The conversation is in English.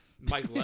Mike